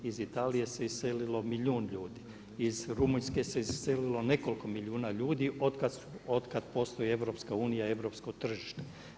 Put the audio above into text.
Iz Italije se iselilo milijun ljudi, iz Rumunjske se iselilo nekoliko milijuna ljudi od kad postoji EU, europskog tržište.